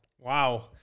Wow